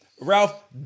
Ralph